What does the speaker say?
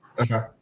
Okay